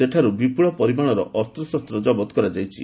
ସେଠାରୁ ବିପୁଳ ପରିମାଣର ଅସ୍ତ୍ରଶସ୍ତ୍ର ଜବତ କରାଯାଇଛି